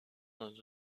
dans